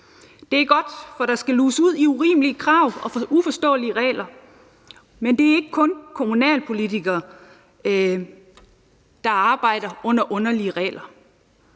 Det er godt, for der skal luges ud i urimelige krav og uforståelige regler, men det er ikke kun kommunalpolitikere, der arbejder under underlige regler.